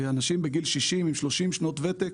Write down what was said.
אנשים בגיל 60 עם 30 שנות ותק